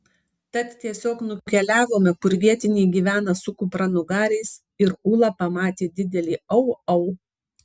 tad tiesiog nukeliavome kur vietiniai gyvena su kupranugariais ir ūla pamatė didelį au au